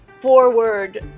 forward